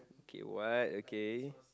okay what okay